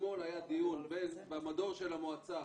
אתמול היה דיון במדור של המועצה